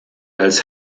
als